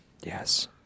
yes